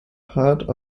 part